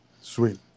Sweet